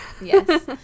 Yes